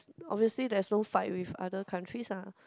obviously there are no fight with other countries ah